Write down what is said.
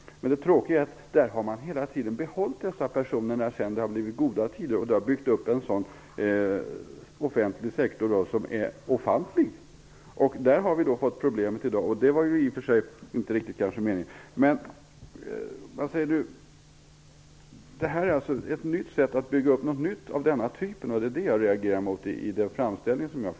Men det tråkiga är att där har man hela tiden behållit dessa personer när det sedan har blivit goda tider. Man har byggt upp en offentlig sektor som är ofantlig. Där har vi problemet i dag. Det var i och för sig inte riktigt meningen. Men det här är alltså ett sätt att bygga upp någonting nytt av denna typ. Det var det jag reagerade mot i den framställning som jag gjorde.